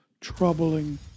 troubling